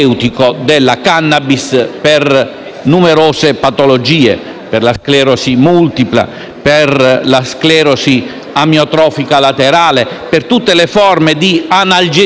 numerose patologie: per la sclerosi multipla, per la sclerosi amiotrofica laterale, per tutte le forme di analgesie in patologie che portano